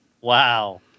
Wow